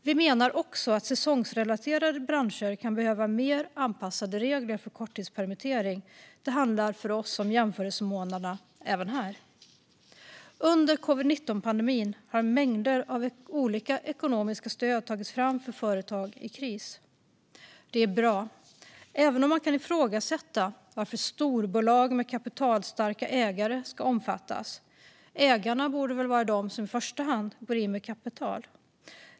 Vi menar också att säsongsrelaterade branscher kan behöva mer anpassade regler för korttidspermittering. Det handlar för oss om jämförelsemånaderna även här. Under covid-19-pandemin har mängder av olika ekonomiska stöd tagits fram för företag i kris. Det är bra, även om man kan ifrågasätta varför storbolag med kapitalstarka ägare ska omfattas. Ägarna borde väl vara de som i första hand går in med kapital.